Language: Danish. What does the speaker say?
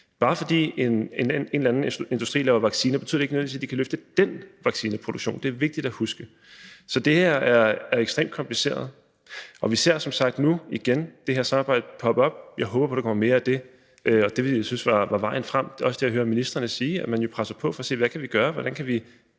Bare fordi en eller anden industri laver vacciner, betyder det ikke nødvendigvis, at de kan løfte den vaccineproduktion – det er vigtigt at huske. Så det her er ekstremt kompliceret. Vi ser som sagt nu igen det her samarbejde poppe op. Jeg håber, der kommer mere af det – det ville jeg synes var vejen frem. Det er også det, jeg hører ministrene sige, altså at man jo presser på for at se, hvad vi kan gøre,